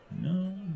No